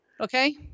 okay